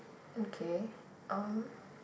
okay um